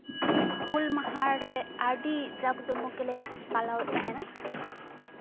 ᱦᱩᱞ ᱢᱟᱦᱟᱨᱮ ᱟᱹᱰᱤ ᱡᱟᱠ ᱡᱚᱢᱚᱠ ᱜᱮᱞᱮ ᱯᱟᱞᱟᱣᱮᱫ ᱛᱟᱦᱮᱱᱟ